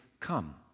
Come